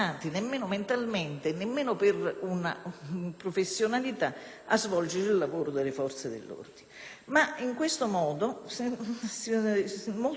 In questo modo molto lavoro, spesso inutile, attende non solo le forze di polizia e la magistratura, ma anche la Corte costituzionale